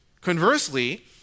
Conversely